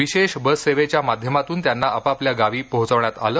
विशेष बससेवेच्या माध्यमातून त्यांना आपापल्या गावी पोहोचवण्यात आलं